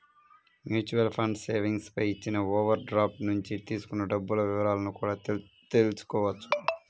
mutual funds savings పై ఇచ్చిన overdraft నుంచి తీసుకున్న డబ్బుల వివరాలను కూడా తెల్సుకోవచ్చు